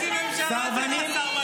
סרבנים --- חצי ממשלה הם סרבנים.